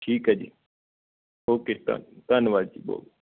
ਠੀਕ ਹੈ ਜੀ ਓਕੇ ਧਨ ਧੰਨਵਾਦ ਜੀ ਬਹੁਤ